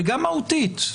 וגם מהותית,